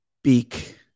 speak